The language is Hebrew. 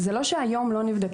זה לא שהיום לא נבדקים,